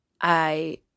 I-